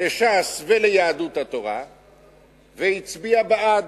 לש"ס וליהדות התורה והצביעה בעד.